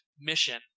mission